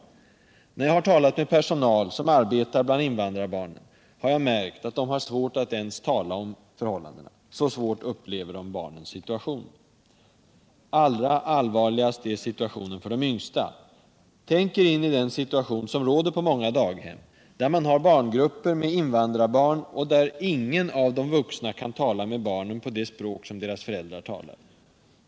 När jag har talat med personal som arbetar bland invandrarbarnen har jag märkt att de har svårt att ens tala om förhållandena — så svårt upplever de barnens situation. Allra allvarligast är situationen för de yngsta. Tänk er in i den situation som råder på många daghem, där man har barngrupper med invandrarbarn och där ingen av de vuxna kan prata med barnen på det språk som deras föräldrar talar.